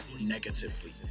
negatively